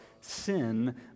sin